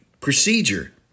procedure